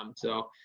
um so,